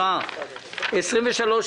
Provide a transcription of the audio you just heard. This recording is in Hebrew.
הצבעה בעד, רוב נגד, נמנעים, בקשה מס' 22-016